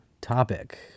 topic